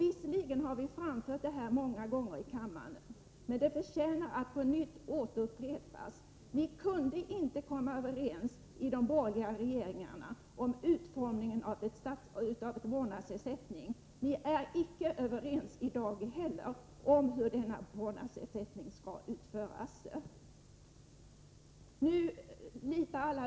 Visserligen har detta framförts många gånger i kammaren, men det förtjänar att på nytt upprepas. Ni kunde inte komma överens i de borgerliga regeringarna om utformningen av en vårdnadsersättning. Inte heller i dag är ni överens om hur denna vårdnadsersättning skall utformas.